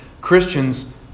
Christians